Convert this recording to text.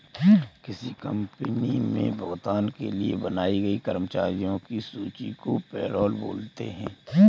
किसी कंपनी मे भुगतान के लिए बनाई गई कर्मचारियों की सूची को पैरोल बोलते हैं